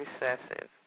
recessive